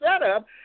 setup